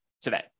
today